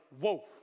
whoa